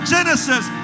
Genesis